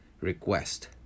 request